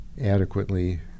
adequately